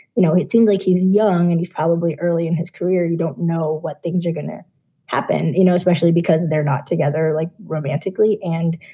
you know, it seems like he's young and he's probably early in his career. you don't know what things are going to happen, you know, especially because they're not together, like, romantically. and,